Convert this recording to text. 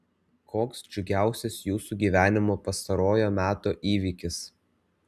koks džiugiausias jūsų gyvenimo pastarojo meto įvykis